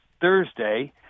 Thursday